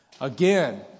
Again